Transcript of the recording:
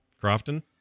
Crofton